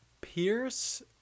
Pierce